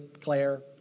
Claire